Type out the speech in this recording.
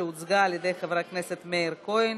שהוצגה על ידי חבר הכנסת מאיר כהן,